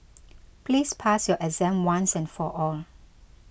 please pass your exam once and for all